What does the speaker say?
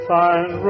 find